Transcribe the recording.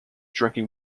drinking